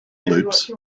loops